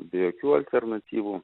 be jokių alternatyvų